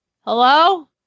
Hello